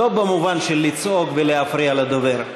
לא במובן של לצעוק ולהפריע לדובר.